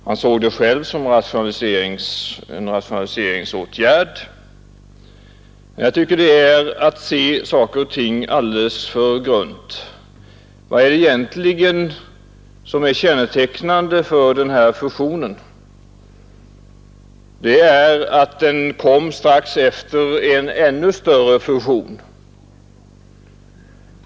Själv ansåg han att det var en rationaliseringsåtgärd, men jag tycker det är att se saker och ting alldeles för enkelt. Vad är det egentligen som är kännetecknande för den här fusionen? Det är att den kom strax efter en ännu större fusion.